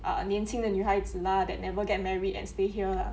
uh 年轻的女孩子 lah that never get married and stay here lah